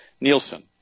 Nielsen